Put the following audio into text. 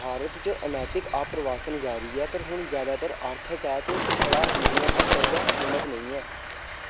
भारत च अनैतिक आप्रवासन जारी ऐ पर हून जादातर आर्थक ऐ ते छड़ा हिंदुएं तगर गै सीमत नेईं ऐ